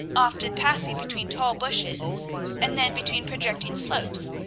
often passing between tall bushes and then between projecting slopes,